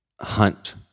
hunt